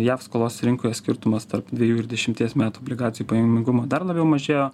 jav skolos rinkoje skirtumas tarp dvejų ir dešimties metų obligacijų pajamingumo dar labiau mažėjo